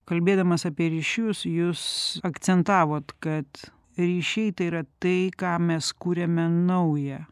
kalbėdamas apie ryšius jūs akcentavot kad ryšiai tai yra tai ką mes kuriame nauja